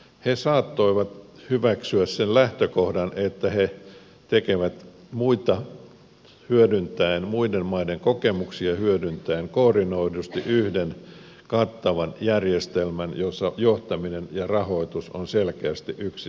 he saattoivat hyväksyä sen lähtökohdan että he tekevät muiden maiden kokemuksia hyödyntäen koordinoidusti yhden kattavan järjestelmän jossa johtaminen ja rahoitus ovat selkeästi yksissä käsissä